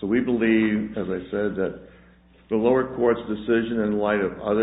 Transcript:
so we believe as i said that the lower court's decision in light of other